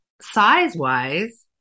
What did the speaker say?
size-wise